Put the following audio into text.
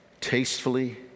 tastefully